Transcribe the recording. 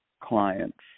clients